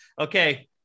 Okay